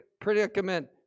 predicament